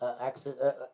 access